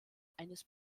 eines